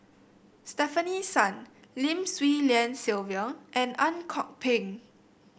Stefanie Sun Lim Swee Lian Sylvia and Ang Kok Peng